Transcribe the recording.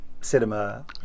cinema